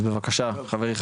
אז בבקשה חברי,